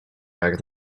jak